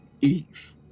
Eve